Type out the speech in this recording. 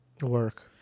work